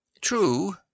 True